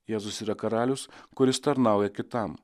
jėzus yra karalius kuris tarnauja kitam